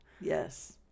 Yes